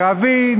ערבי,